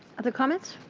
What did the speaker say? other comments?